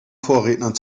vorrednern